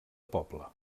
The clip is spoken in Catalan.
poble